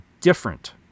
different